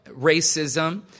racism